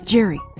Jerry